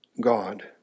God